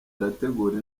irategura